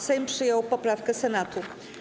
Sejm przyjął poprawkę Senatu.